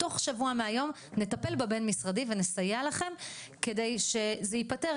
תוך שבוע מהיום נטפל בבין משרדי ונסייע לכם כדי שזה ייפתר,